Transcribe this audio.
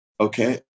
okay